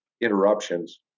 interruptions